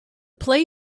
play